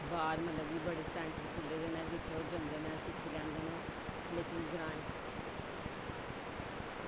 बाह्र न लग्गे दे न बड़े सेंटर खुल्ले दे न जित्थै ओह् जंदे न सिक्खी लैंदे न लेकिन ग्रांऐं